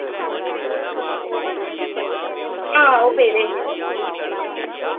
हां ओह् पेदे हे